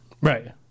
Right